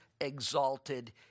exalted